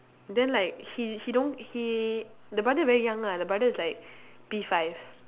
then like he he don't he the brother very young ah the brother is like P five